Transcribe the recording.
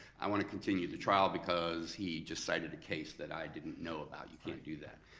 i wanna continue the trial because he decided a case that i didn't know about, you can't do that.